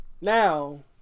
now